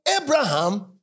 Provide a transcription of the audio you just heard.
Abraham